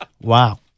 Wow